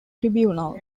tribunal